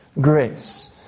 Grace